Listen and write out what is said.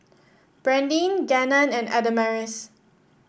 Brandyn Gannon and Adamaris